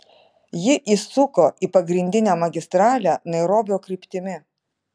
ji įsuko į pagrindinę magistralę nairobio kryptimi